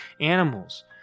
animals